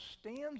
stands